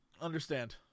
understand